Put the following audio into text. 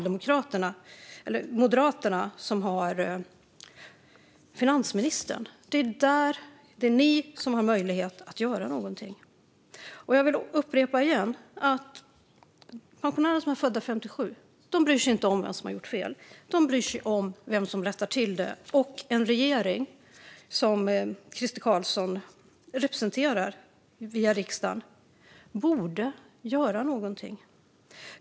Det är Moderaterna som har finansministerposten. Det är ni i Moderaterna som har möjlighet att göra någonting. Jag vill upprepa att de pensionärer som är födda 1957 inte bryr sig om vem som har gjort fel. De bryr sig om vem som rättar till det. Den regering som Crister Carlsson representerar, via riksdagen, borde göra någonting.